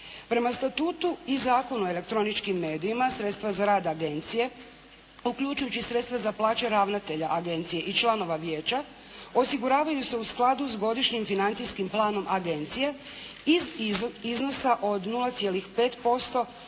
Prema Statutu i Zakonu o elektroničkim medijima sredstva za rad agencije, uključujući i sredstva za plaće ravnatelja agencije i članova vijeća osiguravaju se u skladu s godišnjim financijskim planom agencije iz iznosa od 0,5%